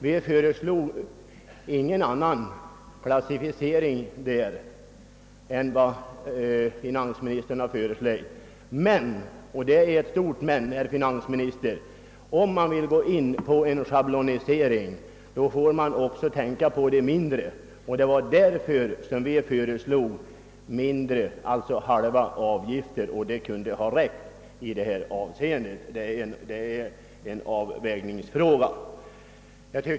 Vi föreslog ingen annan klassificering än den som finansministern föreslagit. Men — och det är ett stort men, herr finansminister — om man vill göra en schablonisering får man också tänka på de mindre fordonen. Därför föreslog vi också halva avgifter, och det kunde ha räckt — det är en avvägningsfråga.